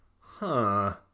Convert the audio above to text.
Huh